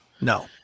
No